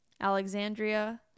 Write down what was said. Alexandria